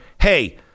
hey